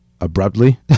abruptly